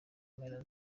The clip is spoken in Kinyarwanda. mpera